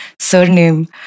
surname